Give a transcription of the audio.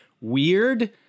Weird